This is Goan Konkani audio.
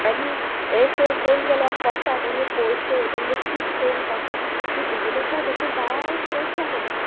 आनी हे शो चल जाल्यार कोटा तेंगे पोयशे तेंगे पीच चोयन कोटा की बिजनसा देख जायत पयशे आहा मू